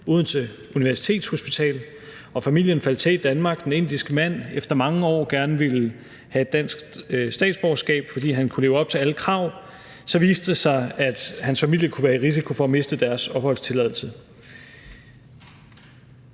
Odense Universitetshospital, og familien faldt til i Danmark. Men da den indiske mand efter mange år gerne ville have et dansk statsborgerskab, fordi han kunne leve op til alle krav, så viste det sig, at hans familie kunne være i risiko for at miste deres opholdstilladelse.